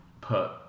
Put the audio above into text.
put